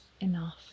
enough